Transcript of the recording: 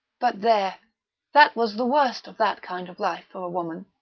but there that was the worst of that kind of life for a woman.